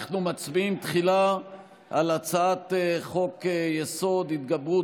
אנחנו מצביעים תחילה על הצעת חוק-יסוד: ההתגברות